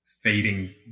fading